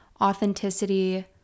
authenticity